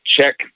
check